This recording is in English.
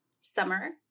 summer